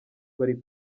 bari